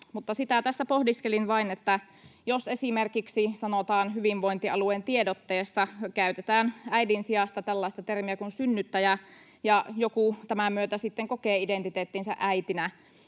sitä tässä pohdiskelin vain, että jos esimerkiksi hyvinvointialueen tiedotteessa käytetään ”äidin” sijasta tällaista termiä kuin ”synnyttäjä” ja joku tämän myötä sitten kokee identiteettinsä äitinä